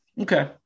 Okay